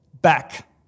back